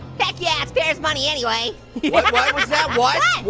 heck yeah, pear has money anyway. what was that, what?